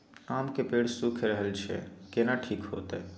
आम के पेड़ सुइख रहल एछ केना ठीक होतय?